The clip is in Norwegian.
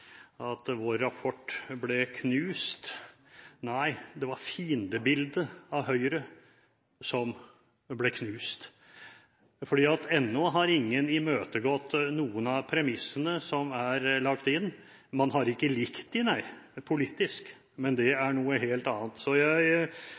at vår rapport «ble knust». Nei, det var fiendebildet av Høyre som ble knust. Ennå har ingen imøtegått noen av premissene som er lagt inn. Man har ikke likt dem, nei – politisk – men det